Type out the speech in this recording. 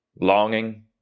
longing